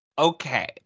Okay